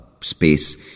space